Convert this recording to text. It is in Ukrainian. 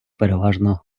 переважно